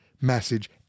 message